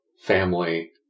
family